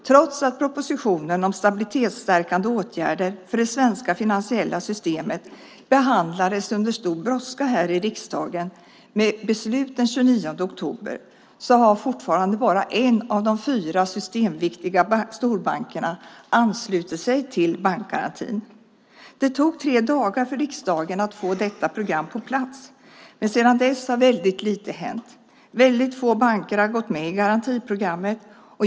Trots att propositionen om stabilitetsstärkande åtgärder för det svenska finansiella systemet behandlades under stor brådska här i riksdagen, med beslut den 29 oktober, har fortfarande bara en av de fyra systemviktiga storbankerna anslutit sig till bankgarantin. Det tog tre dagar för riksdagen att få detta program på plats. Men sedan dess har väldigt lite hänt. Väldigt få banker har gått med i garantiprogrammet.